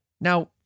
Now